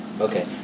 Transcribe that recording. Okay